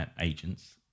agents